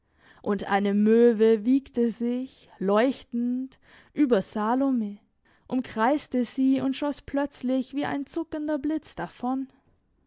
und eine möwe wiegte sich leuchtend über salome umkreiste sie und schoss plötzlich wie ein zuckender blitz davon